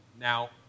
Now